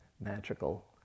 magical